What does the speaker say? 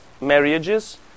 marriages